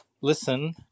listen